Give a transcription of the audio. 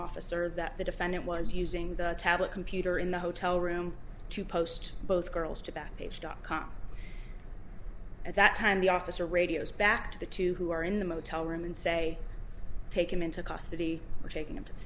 officer that the defendant was using the tablet computer in the hotel room to post both girls to back page dot com at that time the officer radios back to the two who are in the motel room and say take him into custody we're taking him to the